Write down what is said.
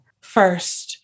first